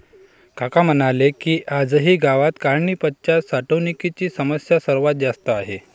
काका म्हणाले की, आजही गावात काढणीपश्चात साठवणुकीची समस्या सर्वात जास्त आहे